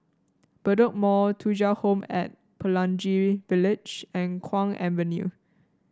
Bedok Mall Thuja Home At Pelangi Village and Kwong Avenue